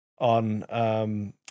on